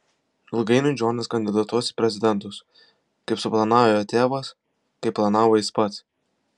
ilgainiui džonas kandidatuos į prezidentus kaip suplanavo jo tėvas kaip planavo jis pats